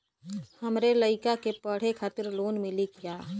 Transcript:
हमरे लयिका के पढ़े खातिर लोन मिलि का?